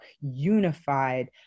unified